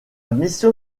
mission